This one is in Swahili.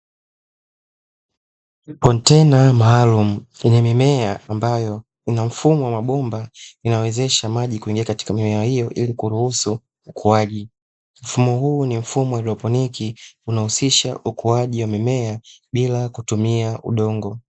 Kontena maalumu lenye mimea ambalo linamia yenye mfumo wa mabomba inayowezesha maji kuingia katika mimea hiyo hili kuruhusu ukuaji mfumo huu ni mfumo wa haidroponiki unausisha ukuaji wa mimea bila kutumia udongo.